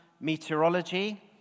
meteorology